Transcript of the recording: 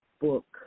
book